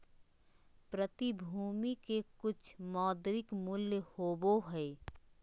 प्रतिभूति के कुछ मौद्रिक मूल्य होबो हइ